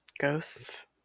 ghosts